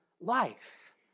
life